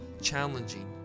challenging